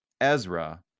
Ezra